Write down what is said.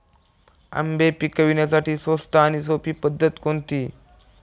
आंबे पिकवण्यासाठी स्वस्त आणि सोपी पद्धत कोणती?